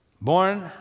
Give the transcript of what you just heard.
Born